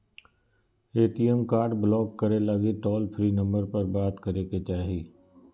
ATM card block करे लगी toll free number पर बात करे के चाही